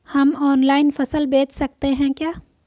हम ऑनलाइन फसल बेच सकते हैं क्या?